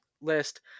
list